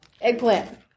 eggplant